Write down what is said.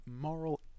moral